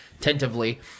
tentatively